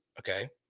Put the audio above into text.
okay